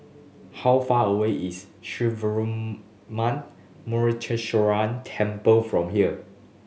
how far away is Sree Veeramuthu Muneeswaran Temple from here